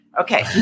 Okay